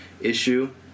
issue